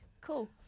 Cool